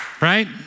right